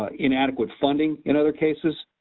ah inadequate funding in other cases,